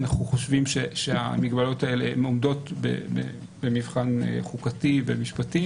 אנחנו חושבים שהמגבלות האלה עומדות במבחן חוקתי ומשפטי